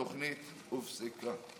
התוכנית הופסקה.